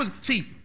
See